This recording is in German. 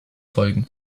folgen